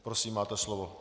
Prosím, máte slovo.